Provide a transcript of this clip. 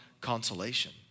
consolation